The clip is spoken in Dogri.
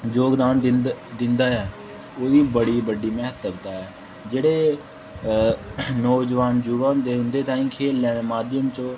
जोगदान दिंदा ऐ ओह्दी बड़ी बड्डी म्हत्ता ऐ जेह्ड़े नौजोआन युवा होंदे न उं'दे ताईं खेढें दे माध्यम च ओह्